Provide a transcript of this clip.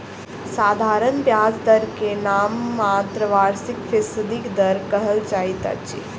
साधारण ब्याज दर के नाममात्र वार्षिक फीसदी दर कहल जाइत अछि